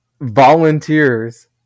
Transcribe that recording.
volunteers